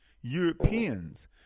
Europeans